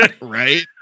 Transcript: Right